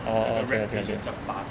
orh orh okay okay